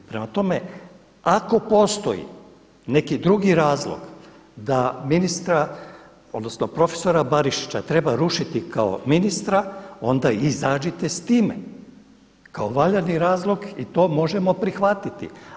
Prema tome, ako postoji neki drugi razlog da ministra odnosno profesora Barišića treba rušiti kao ministra, onda izađite s time kao valjani razlog i to možemo prihvatiti.